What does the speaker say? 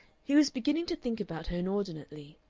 he was beginning to think about her inordinately.